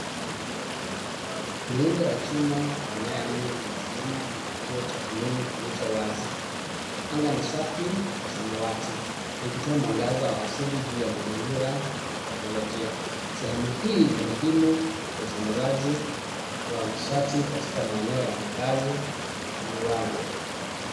Miundo ya chuma na nyaya nyingi zimesimama kwenye kituo cha umeme kilicho wazi, anga ni safi na samawati likitoa mwangaza wa asili juu ya mazingira ya kiteknolojia. Sehemu hii ni muhimu kwa usambazaji wa nishati katika maeneo ya makazi na viwanda.